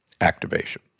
activation